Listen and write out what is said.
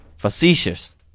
Facetious